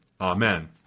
amen